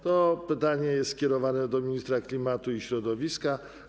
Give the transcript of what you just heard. To pytanie jest skierowane do ministra klimatu i środowiska.